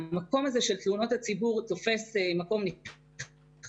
המקום הזה של תלונות הציבור תופס מקום נכבד.